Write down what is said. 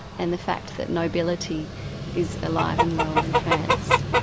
and the fact that nobility is alive and well in france.